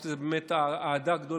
יש לזה באמת אהדה גדולה,